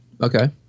Okay